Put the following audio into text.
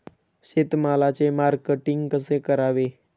शेतमालाचे मार्केटिंग कसे करावे?